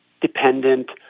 dependent